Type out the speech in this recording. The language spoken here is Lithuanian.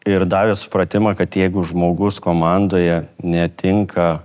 ir davė supratimą kad jeigu žmogus komandoje netinka